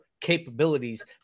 capabilities